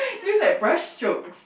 seems like breast stroke